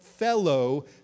fellow